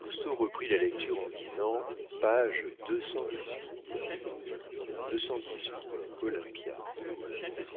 lousteau reprit la lecture en disant page cent olympe